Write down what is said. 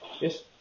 Yes